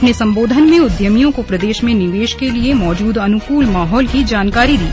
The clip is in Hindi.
अपने संबोधन में उद्यमियों को प्रदेश में निवेश के लिए मौजूद अनुकूल माहौल की जानकारी दी